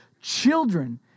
children